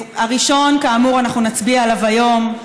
על הראשון אנחנו, כאמור, נצביע היום,